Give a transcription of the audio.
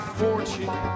fortune